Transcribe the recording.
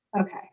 okay